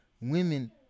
women